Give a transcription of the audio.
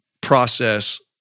process